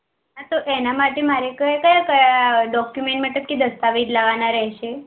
હા તો તેના માટે મારે ક્યાં ક્યાં ડોક્યુમેન્ટ મતલબ કે દસ્તાવેજ લાવવાના રેહશે